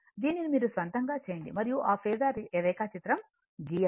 దీనిని మీరు స్వంతంగా చేయండి మరియు ఆ ఫేసర్ రేఖాచిత్రం గీయాలి